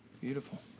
Beautiful